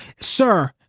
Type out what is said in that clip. Sir